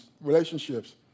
relationships